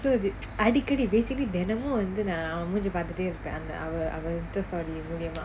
அடிக்கடி:adikadi basically தெனமும் வந்து நான் அவன் மூஞ்ச பாத்துட்டு இருப்பான் அவ:thenamum vanthu naan avan munja paathuttu iruppaan ava story முழியமா:muliyamaa